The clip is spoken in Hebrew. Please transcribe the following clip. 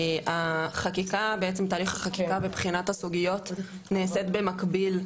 החקיקה בעצם תהליך החקיקה מבחינת הסוגיות נעשית במקביל,